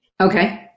Okay